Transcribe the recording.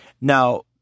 Now